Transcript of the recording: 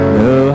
no